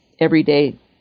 everyday